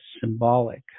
symbolic